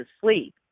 sleep